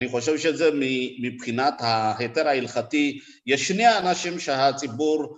אני חושב שזה מבחינת ההתר ההלכתי, יש שני אנשים שהציבור